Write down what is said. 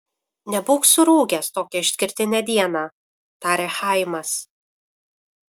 nebūk surūgęs tokią išskirtinę dieną tarė chaimas